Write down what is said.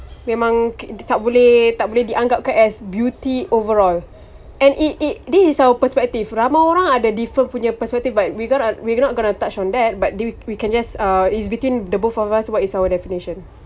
memang kit~ tak boleh tak boleh dianggapkan as beauty overall and it it this is our perspective ramai orang ada different punya perspective but we're gon~ we're not gonna touch on that but d~ we can just uh it's between the both of us what is our definition